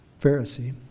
Pharisee